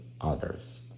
others